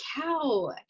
cow